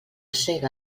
sega